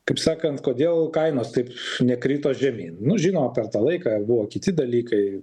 kaip sakant kodėl kainos taip nekrito žemyn nu žinoma per tą laiką buvo kiti dalykai